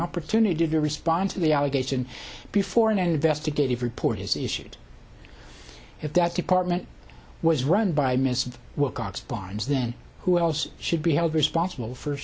opportunity to respond to the allegation before an investigative report is issued if that department was run by mr wilcox barnes then who else should be held responsible for